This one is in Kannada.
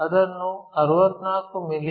ಅದನ್ನು 64 ಮಿ